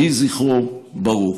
יהי זכרו ברוך.